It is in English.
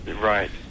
Right